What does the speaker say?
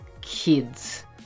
kids